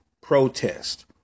protest